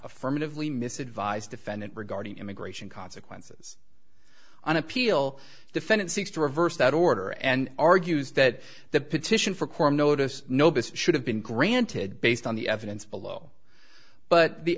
affirmatively miss advised defendant regarding immigration consequences on appeal defendant seeks to reverse that order and argues that the petition for quorum notice nobis should have been granted based on the evidence below but the